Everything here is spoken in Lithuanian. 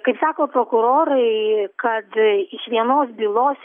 kaip sako prokurorai kad iš vienos bylos